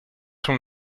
from